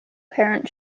parent